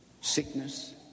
sickness